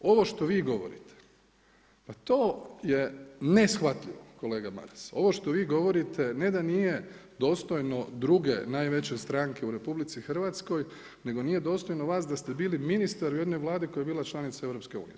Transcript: Ovo što vi govorite, pa to je je neshvatljivo, kolega Maras, ovo što vi govorite ne da nije dostojno druge najveće stranke u RH nego nije dostojno vas da ste bili ministar u jednoj Vladi koja je bila članica EU-a.